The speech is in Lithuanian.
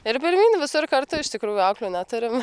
ir pirmyn visur kartu iš tikrųjų auklių neturim